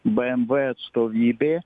bmw atstovybė